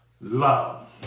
love